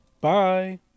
Bye